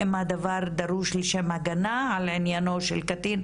אם הדבר דרוש לשם הגנה על עניינו של קטין,